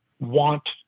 want